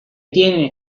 tienes